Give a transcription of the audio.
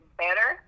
better